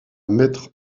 mettre